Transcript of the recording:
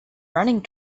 running